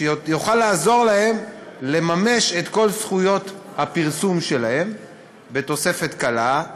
שיוכל לעזור להן לממש את כל זכויות הפרסום שלהם בתוספת קלה,